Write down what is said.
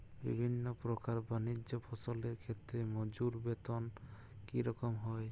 বিভিন্ন প্রকার বানিজ্য ফসলের ক্ষেত্রে মজুর বেতন কী রকম হয়?